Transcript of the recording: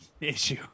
issue